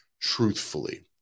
truthfully